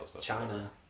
China